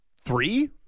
three